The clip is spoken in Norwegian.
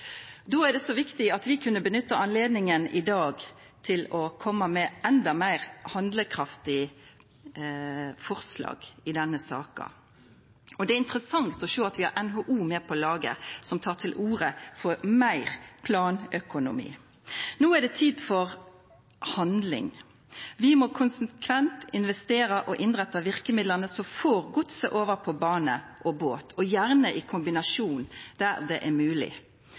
Då er det så viktig at vi nyttar anledninga i dag til å koma med endå meir handlekraftige forslag i denne saka. Det er interessant å sjå at vi har NHO med på laget, som tek til orde for meir planøkonomi. No er det tid for handling. Vi må konsekvent investera og innretta verkemidla som får godset over på bane og båt – gjerne i kombinasjon der det er